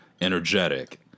energetic